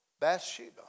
Bathsheba